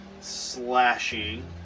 slashing